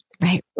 Right